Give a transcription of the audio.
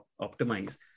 optimize